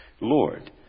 Lord